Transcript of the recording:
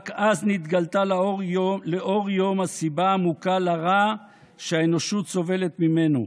רק אז נתגלתה לאור יום הסיבה העמוקה לרע שהאנושות סובלת ממנו.